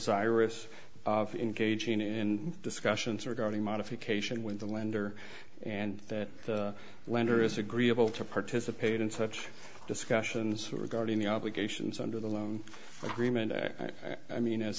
desirous of engaging in discussions regarding modification with the lender and that the lender is agreeable to participate in such discussions regarding the obligations under the loan agreement i mean as